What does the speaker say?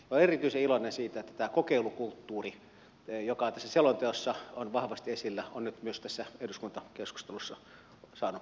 olen erityisen iloinen siitä että tämä kokeilukulttuuri joka tässä selonteossa on vahvasti esillä on nyt myös tässä eduskuntakeskustelussa saanut vahvan sijan